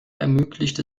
ermöglicht